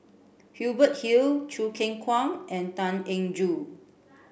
Hubert Hill Choo Keng Kwang and Tan Eng Joo